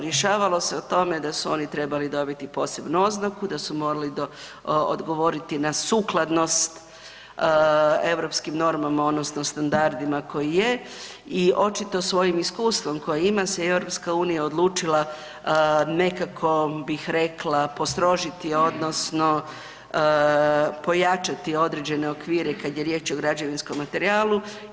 Rješavalo se o tome da su oni trebali dobiti posebnu oznaku, da su morali odgovoriti na sukladnost europskim normama odnosno standardima koji je i očito svojim iskustvom koji ima se Europska unija odlučila nekako bih rekla postrožiti odnosno pojačati određene okvire kada je riječ o građevinskom materijalu.